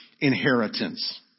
inheritance